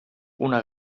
una